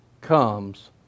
comes